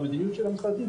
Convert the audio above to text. במדיניות של המשרדים.